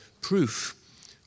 proof